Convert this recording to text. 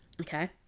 Okay